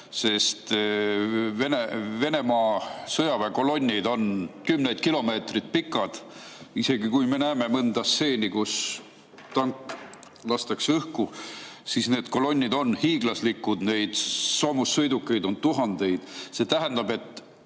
sest Venemaa sõjaväekolonnid on kümneid kilomeetreid pikad. Isegi kui me näeme mõnda stseeni, kus tank lastakse õhku, siis need kolonnid on hiiglaslikud, neid soomussõidukeid on tuhandeid. See tähendab, et